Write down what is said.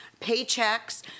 paychecks